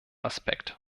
aspekt